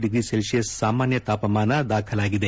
degree Celsius ಸಾಮಾನ್ಯ ತಾಪಮಾನ ದಾಖಲಾಗಿದೆ